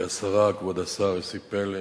אדוני היושב-ראש, גברתי השרה, כבוד השר יוסי פלד,